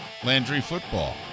LandryFootball